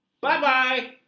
Bye-bye